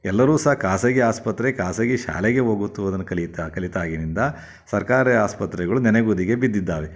ಎಲ್ಲರೂ ಸಹ ಖಾಸಗಿ ಆಸ್ಪತ್ರೆ ಖಾಸಗಿ ಶಾಲೆಗೆ ಹೋಗುವುದನ್ನ ಕಲಿತ ಕಲಿತಾಗಿನಿಂದ ಸರ್ಕಾರಿ ಆಸ್ಪತ್ರೆಗಳು ನೆನೆಗುದಿಗೆ ಬಿದ್ದಿದ್ದಾವೆ